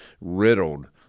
riddled